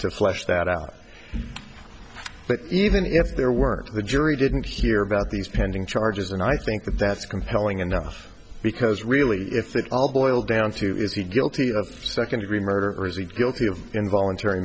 to flesh that out but even if there were the jury didn't hear about these pending charges and i think that that's compelling enough because really if it all boiled down to is he guilty of second degree murder or is he guilty of involuntary